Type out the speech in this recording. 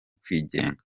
kwigenga